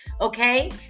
okay